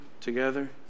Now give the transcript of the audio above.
together